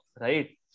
right